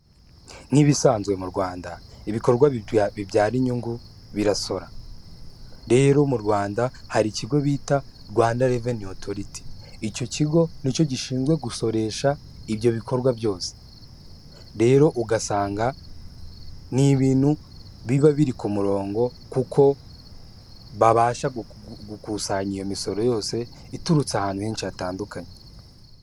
Nk'ibisanzwe mu Rwanda ibikorwa bibyara inyungu birasora, rero mu Rwanda hari ikigo bita Rwanda Reveniyu Otoriti, icyo kigo nicyo gishinzwe gusoresha ibyo bikorwa byose, rero ugasanga n'ibintu biba biri ku murongo kuko babasha gukusanya iyo misoro yose iturutse ahantu henshi hatandukanye.